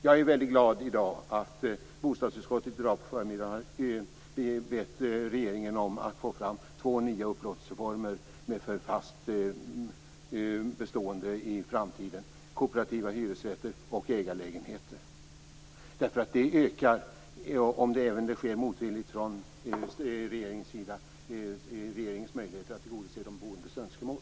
Jag är väldigt glad att bostadsutskottet i dag på förmiddagen har bett regeringen att ta fram två nya upplåtelseformer för fast bestående i framtiden; kooperativa hyresrätter och ägarlägenheter. Det ökar, om än det sker motvilligt från regeringens sida, regeringens möjligheter att tillgodose de boendes önskemål.